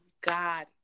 God